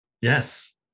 Yes